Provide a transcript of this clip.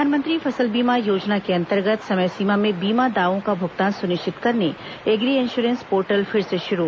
प्रधानमंत्री फसल बीमा योजना के अंतर्गत समय सीमा में बीमा दावों का भुगतान सुनिश्चित करने एग्री इंश्योरेंस पोर्टल फिर से शुरू